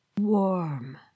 warm